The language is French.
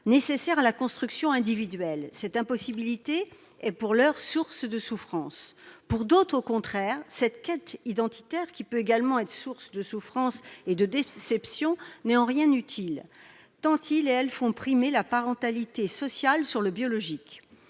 indispensable à la construction individuelle. Cette impossibilité est pour l'heure source de souffrances. Pour d'autres, au contraire, cette quête d'identité, qui peut également être source de souffrances et de déception, n'est en rien utile, tant ces enfants font primer la parentalité sociale sur le biologique.